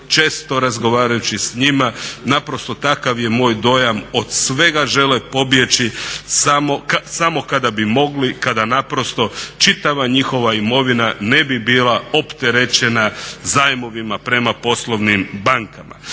često razgovarajući s njima naprosto takav je moj dojam, od svega žele pobjeći, samo kada bi mogli, kada naprosto čitava njihova imovina ne bi bila opterećena zajmovima prema poslovnim bankama.